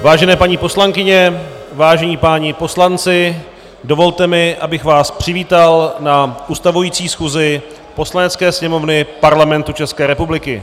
Vážené paní poslankyně, vážení páni poslanci, dovolte mi, abych vás přivítal na ustavující schůzi Poslanecké sněmovny Parlamentu České republiky.